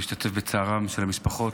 להשתתף בצערן של המשפחות.